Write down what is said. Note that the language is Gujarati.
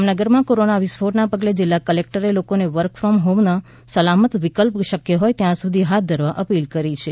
જામનગરમાં કોરોના વિસ્ફોટને પગલે જિલ્લા કલેકટરે લોકોને વર્ક ફોમ હોમનો સલામત વિકલ્પ શયકા હોય ત્યાં હાથ ધરવા અપીલ કરી છે